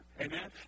Amen